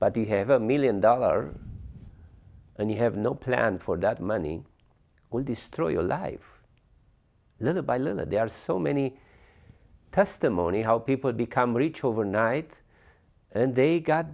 but you have a million dollar and you have no plan for that money will destroy your life little by little there are so many testimony how people become rich overnight and they got